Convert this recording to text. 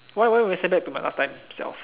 why why why send back to my last time self